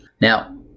Now